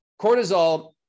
cortisol